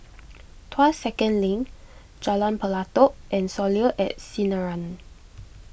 Tuas Second Link Jalan Pelatok and Soleil at Sinaran